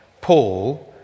Paul